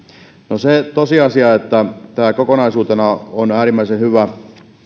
no se on tosiasia että tämä kokonaisuutena on äärimmäisen hyvä